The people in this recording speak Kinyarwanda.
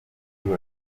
kuri